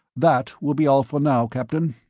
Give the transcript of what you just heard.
that will be all for now, captain.